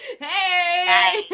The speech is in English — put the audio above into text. hey